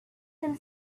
them